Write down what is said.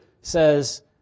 says